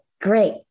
Great